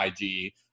IG